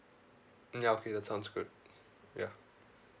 ya okay that sounds good ya